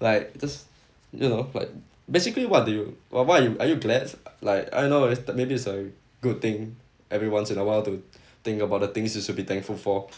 like just you know but basically what do you what what are you are you glad like I don't know it's th~ maybe it's a good thing every once in a while to think about the things you should be thankful for